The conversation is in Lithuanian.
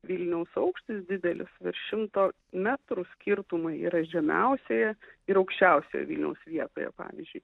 vilniaus aukštis didelis virš šimto metrų skirtumai yra žemiausioje ir aukščiausioje vilniaus vietoje pavyzdžiui